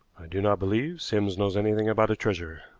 do not believe sims knows anything about a treasure,